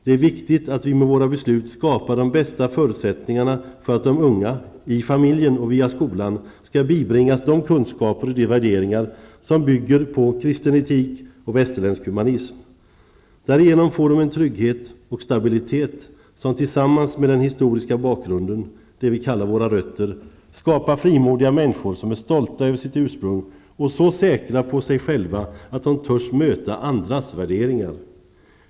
Det är viktigt att vi med våra beslut skapar de bästa förutsättningarna för att de unga, i familjen och via skolan, skall bibringas de kunskaper och de värderingar som bygger på kristen etik och västerländsk humanism. Därigenom får de en trygghet och stabilitet, som tillsammans med den historiska bakgrunden -- det vi kallar våra rötter -- skapar frimodiga människor som är stolta över sitt ursprung och så säkra på sig själva att de törs möta andras värderingar.